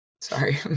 Sorry